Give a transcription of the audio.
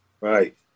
Right